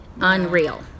unreal